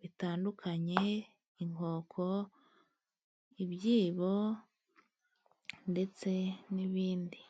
bitandukanye inkoko, ibyibo ndetse n'ibindi.